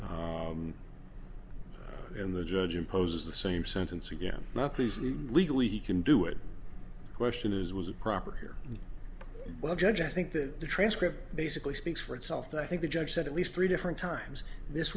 aside and in the judge impose the same sentence again not please you legally he can do it question is was a proper here well judge i think that the transcript basically speaks for itself but i think the judge said at least three different times this